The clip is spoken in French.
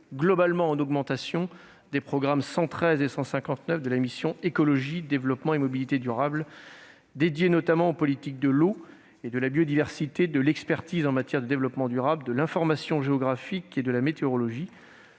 globalement en augmentation, des programmes 113 et 159 de la mission « Écologie, développement et mobilité durables », dédiés notamment aux politiques de l'eau et de la biodiversité, de l'expertise en matière de développement durable, de l'information géographique et de la météorologie.